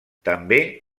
també